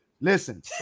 Listen